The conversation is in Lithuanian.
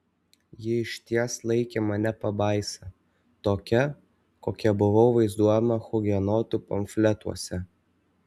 ji išties laikė mane pabaisa tokia kokia buvau vaizduojama hugenotų pamfletuose